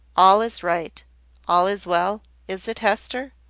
all is right all is well is it, hester?